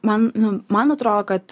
man nu man atrodo kad